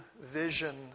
vision